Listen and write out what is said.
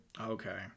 okay